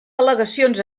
al·legacions